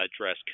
address